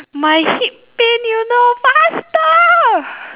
my hip pain you know faster